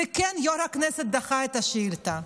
וכן, יו"ר הכנסת דחה את השאילתה.